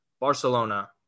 barcelona